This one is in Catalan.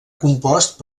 compost